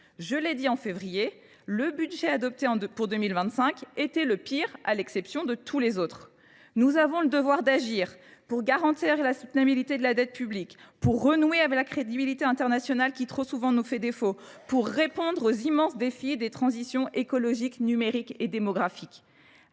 Je l'ai dit en février, le budget adopté pour 2025 était le pire à l'exception de tous les autres. Nous avons le devoir d'agir pour garantir la soutenabilité de la dette publique, pour renouer avec la crédibilité internationale qui trop souvent nous fait défaut, pour répondre aux immenses défis des transitions écologiques, numériques et démographiques.